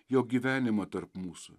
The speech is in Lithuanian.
jo gyvenimą tarp mūsų